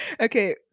Okay